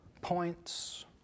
points